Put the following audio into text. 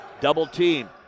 double-team